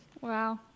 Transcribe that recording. wow